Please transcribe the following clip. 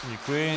Děkuji.